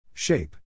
Shape